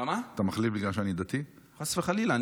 חס וחלילה,